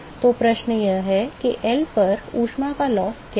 तो प्रश्न यह है कि L पर ऊष्मा का ह्रास क्या है